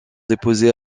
déposés